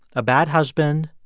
a bad husband,